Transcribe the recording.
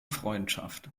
freundschaft